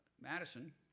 Madison